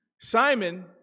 Simon